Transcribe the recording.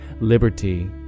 liberty